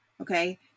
Okay